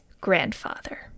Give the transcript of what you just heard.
grandfather